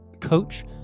coach